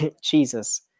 Jesus